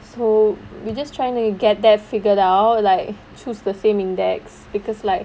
so we just trying to get that figured out like choose the same index because like